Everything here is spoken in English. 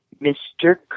Mr